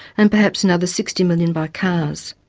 and perhaps another sixty million by cars.